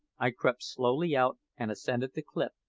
i crept slowly out and ascended the cliff,